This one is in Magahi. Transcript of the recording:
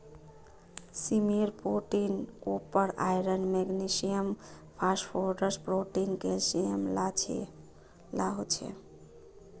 सीमेर पोटीत copper, iron, magnesium, phosphorus, protein, calcium ला हो छे